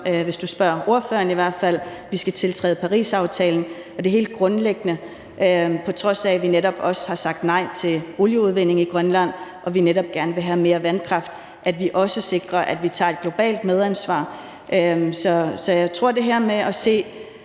hvis du spørger ordføreren, at vi skal tiltræde Parisaftalen, og på trods af at vi netop også har sagt nej til olieudvinding i Grønland og vi netop gerne vil have mere vandkraft, er det helt grundlæggende, at vi også sikrer, at vi tager et globalt medansvar. Så jeg tror, at det også